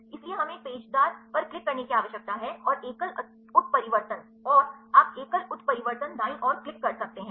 इसलिए हमें एक पेचदारपर क्लिक करने की आवश्यकता है और एकल उत्परिवर्तन और आप एकल उत्परिवर्तन दाईं ओर क्लिक कर सकते हैं